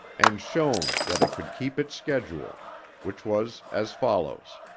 and shown that it could keep its schedule which was as follows